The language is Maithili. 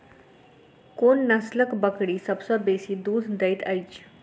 कोन नसलक बकरी सबसँ बेसी दूध देइत अछि?